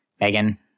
Megan